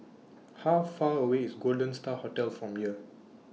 How Far away IS Golden STAR Hotel from here